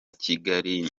kigali